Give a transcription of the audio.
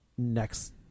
next